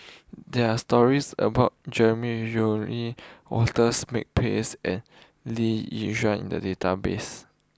there are stories about Jeremy Walters Makepeace and Lee Yi Shyan in the database